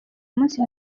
umunsi